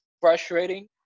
frustrating